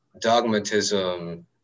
dogmatism